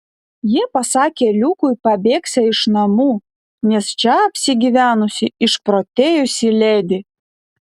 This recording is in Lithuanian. jie pasakė liukui pabėgsią iš namų nes čia apsigyvenusi išprotėjusi ledi